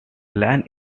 line